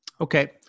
Okay